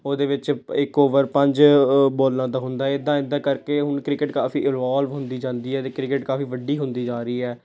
ਉਹਦੇ ਵਿੱਚ ਪ ਇੱਕ ਓਵਰ ਪੰਜ ਬੋਲਾਂ ਦਾ ਹੁੰਦਾ ਐਦਾਂ ਐਦਾਂ ਕਰਕੇ ਹੁਣ ਕ੍ਰਿਕਟ ਕਾਫੀ ਇਨਵੋਲਵ ਹੁੰਦੀ ਜਾਂਦੀ ਹੈ ਅਤੇ ਕ੍ਰਿਕਟ ਕਾਫੀ ਵੱਡੀ ਹੁੰਦੀ ਜਾ ਰਹੀ ਹੈ